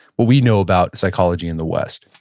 what we know about psychology in the west?